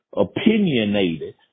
opinionated